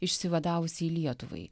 išsivadavusiai lietuvai